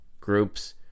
groups